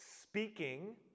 speaking